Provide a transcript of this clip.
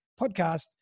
podcast